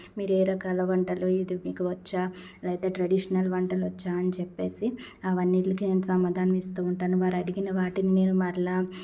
మీరు ఏ రకాల వంటలు ఇది మీకు వచ్చా లేదా ట్రెడిషనల్ వంటలొచ్చా అని చెప్పేసి ఆ వన్నిటిలికి నేను సమాధానం ఇస్తూ ఉంటాను వారడిగిన వాటిని నేను మరలా